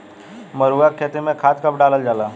मरुआ के खेती में खाद कब डालल जाला?